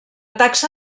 taxa